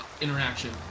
interaction